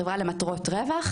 חברה למטרות רווח,